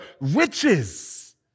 riches